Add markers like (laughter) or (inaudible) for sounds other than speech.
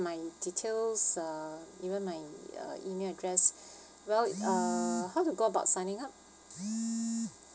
my details uh even my uh email address (breath) well uh how to go about signing up